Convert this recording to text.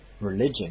religion